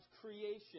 creation